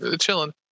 chilling